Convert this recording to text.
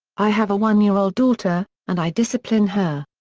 i have a one year old daughter, and i discipline her.